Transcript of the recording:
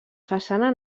façana